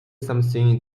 something